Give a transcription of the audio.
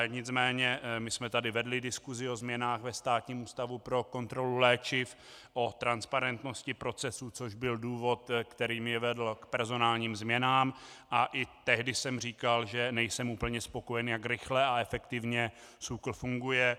Nicméně my jsme tady vedli diskusi o změnách ve Státním ústavu pro kontrolu léčiv, o transparentnosti procesů, což byl důvod, který mě vedl k personálním změnám, a i tehdy jsem říkal, že nejsem úplně spokojen, jak rychle a efektivně SÚKL funguje.